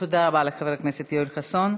תודה רבה לחבר הכנסת יואל חסון.